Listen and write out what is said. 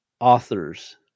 authors